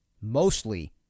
mostly